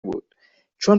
بود، چون